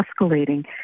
escalating